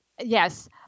yes